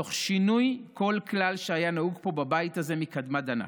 תוך שינוי כל כלל שהיה נהוג פה בבית הזה מקדמת דנא,